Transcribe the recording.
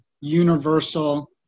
universal